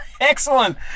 Excellent